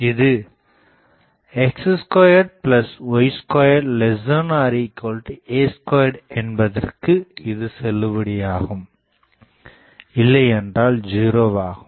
இது x2y2a2 என்பதற்கு இது செல்லுபடியாகும் இல்லையென்றால் 0 ஆகும்